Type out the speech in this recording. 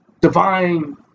divine